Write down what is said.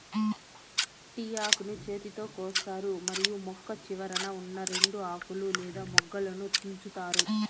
tea ఆకులను చేతితో కోస్తారు మరియు మొక్క చివరన ఉన్నా రెండు ఆకులు లేదా మొగ్గలను తుంచుతారు